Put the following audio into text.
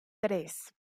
tres